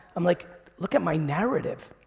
i'm like, look at my narrative.